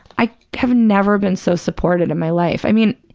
i have never been so supported in my life. i mean,